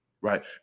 right